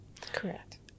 Correct